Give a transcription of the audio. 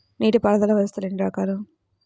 నీటిపారుదల వ్యవస్థలు ఎన్ని రకాలు?